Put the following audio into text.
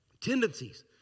tendencies